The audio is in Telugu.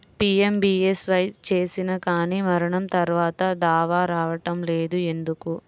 పీ.ఎం.బీ.ఎస్.వై చేసినా కానీ మరణం తర్వాత దావా రావటం లేదు ఎందుకు?